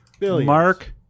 Mark